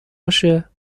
باشه